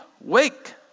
Wake